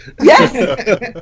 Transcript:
Yes